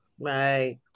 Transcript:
right